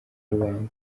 rubamba